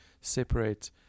separate